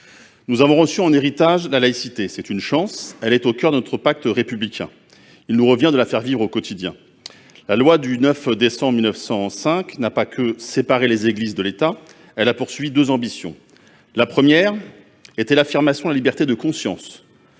Nous avons reçu en héritage la laïcité. C'est une chance. Elle est au coeur de notre pacte républicain. Il nous revient de la faire vivre au quotidien. La loi du 9 décembre 1905 n'a pas fait que séparer les Églises de l'État : elle a poursuivi deux ambitions. La première était l'affirmation de la liberté de conscience.